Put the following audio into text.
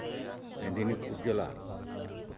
ᱢᱮᱹᱫᱽᱱᱤᱯᱩᱨ ᱡᱮᱞᱟ